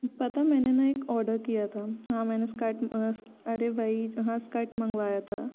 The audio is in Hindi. पता मैंने ना एक ऑडर किया था हाँ मैंने इस्कर्ट अरे वही हाँ इस्कर्ट मंगवाया था